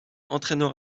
entraîneur